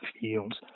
fields